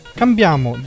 cambiamo